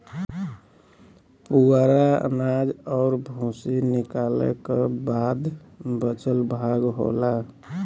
पुवरा अनाज और भूसी निकालय क बाद बचल भाग होला